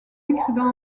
écrivant